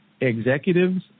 executives